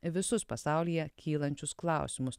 į visus pasaulyje kylančius klausimus